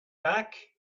back